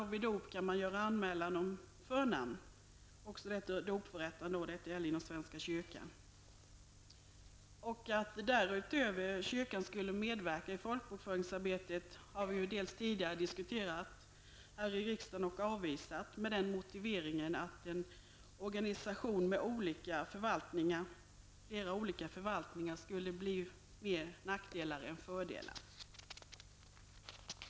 Vid dop kan man göra anmälan om förnamn till dopförättaren. Detta gäller inom svenska kyrkan. Att kyrkan därutöver skulle medverka i folkbokföringsarbetet har vi ju diskuterat tidigare här i riksdagen och avvisat med den motiveringen att en organisation med flera olika förvaltningar skulle innebära fler nackdelar än fördelar.